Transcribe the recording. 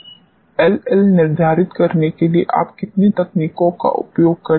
LL निर्धारित करने के लिए आप कितनी तकनीकों का उपयोग करते हैं